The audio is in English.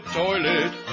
toilet